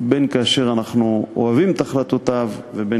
בין כאשר אנחנו אוהבים את החלטותיה ובין